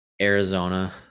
Arizona